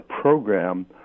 program